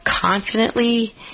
confidently